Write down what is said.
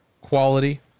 quality